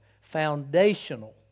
Foundational